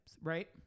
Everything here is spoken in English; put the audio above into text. right